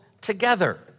together